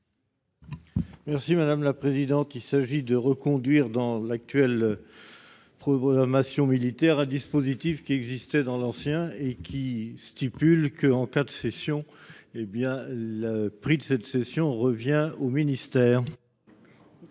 Merci madame la présidente. Il s'agit de reconduire dans l'actuel. 1er Damasio militaire. Un dispositif qui existait dans l'ancien et qui stipule que en cas de cession. Eh bien le prix de cette session revient au ministère.